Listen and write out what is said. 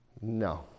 No